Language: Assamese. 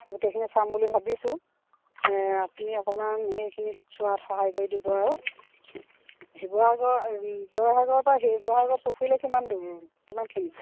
গোটেইখিনি চাম বুলি ভাবিছোঁ আপুনি অকণমান সেইখিনিত চোৱাত সহায় কৰি দিব আৰু শিৱসাগৰ জয়সাগৰৰ পৰা শিৱসাগৰ পুখুৰীলৈ কিমান দূৰ কিমানখিনি